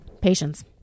Patience